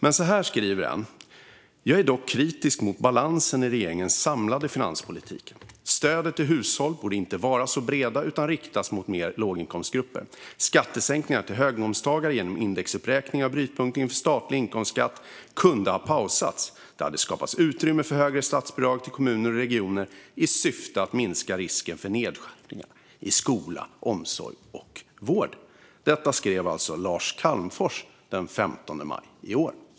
Men så här skriver Lars Calmfors: "Jag är dock kritisk mot balansen i regeringens samlade finanspolitik. Stöden till hushåll borde inte varit så breda utan riktats mer till låginkomstgrupper. Skattesänkningarna till höginkomsttagare genom indexuppräkningen av brytpunkten för statlig inkomstskatt kunde ha pausats. Det hade skapat utrymme för högre statsbidrag till kommuner och regioner i syfte att minska risken för nedskärningar i skola, omsorg och vård." Detta skrev alltså Lars Calmfors den 15 maj i år.